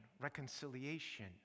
reconciliation